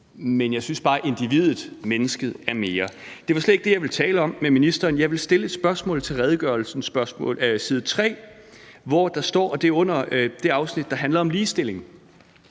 Men jeg synes bare, individet, mennesket, er mere. Det var slet ikke det, jeg ville tale om med ministeren. Jeg ville stille et spørgsmål til redegørelsen, side 3, hvor der under det afsnit, der handler om ligestilling,